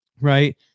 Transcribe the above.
right